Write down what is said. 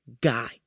guy